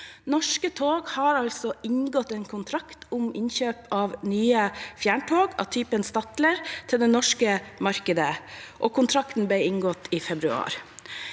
Norske tog har altså inngått en kontrakt om innkjøp av nye fjerntog av typen Stadler til det norske markedet, og kontrakten ble inngått i februar.